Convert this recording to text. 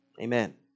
Amen